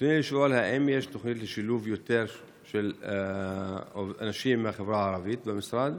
ברצוני לשאול: 1. האם יש תוכנית לשילוב יותר אנשים מהחברה הערבית במשרד?